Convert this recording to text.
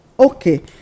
Okay